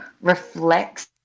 reflects